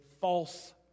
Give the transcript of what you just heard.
false